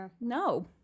no